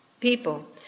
people